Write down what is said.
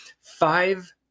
five